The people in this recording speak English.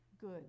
good